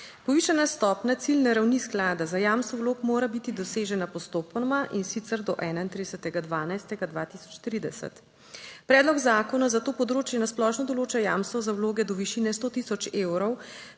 Povišana stopnja ciljne ravni sklada za jamstvo vlog mora biti dosežena postopoma, in sicer do 31. 12. 2030. Predlog zakona za to področje na splošno določa jamstvo za vloge do višine 100000 evrov